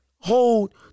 hold